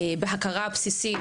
הכרה בסיסית,